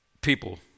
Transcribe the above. people